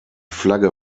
flagge